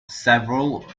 several